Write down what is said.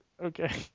Okay